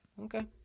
Okay